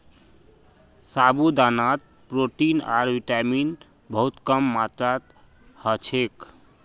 साबूदानात प्रोटीन आर विटामिन बहुत कम मात्रात ह छेक